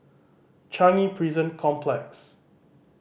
Changi Prison Complex